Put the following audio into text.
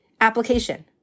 application